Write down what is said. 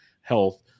health